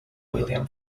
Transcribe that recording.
william